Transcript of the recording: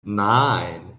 nine